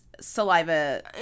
saliva